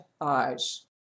eyes